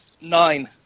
nine